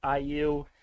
IU